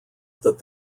that